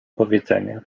powiedzenia